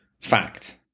Fact